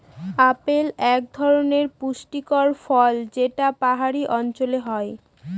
apple এক ধরনের পুষ্টিকর ফল যেটা পাহাড়ি অঞ্চলে হয়